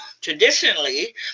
Traditionally